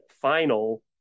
final